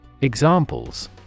Examples